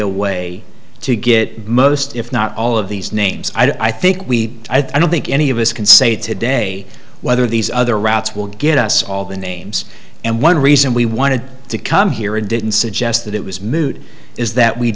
a way to get most if not all of these names i think we i don't think any of us can say today whether these other routes will get us all the names and one reason we wanted to come here and didn't suggest that it was moot is that we